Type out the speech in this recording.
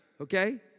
Okay